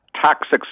Toxic